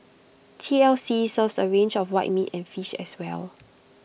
T L C serves A range of white meat and fish as well